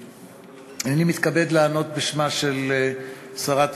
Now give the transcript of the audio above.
אני מתכבד לענות בשמה של שרת הבריאות.